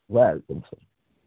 welcome sir